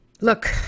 look